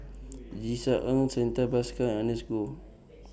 Tisa Ng Santha Bhaskar Ernest Goh